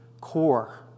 core